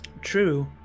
true